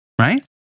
right